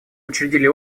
учредили